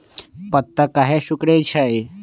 पत्ता काहे सिकुड़े छई?